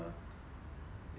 is it Starbucks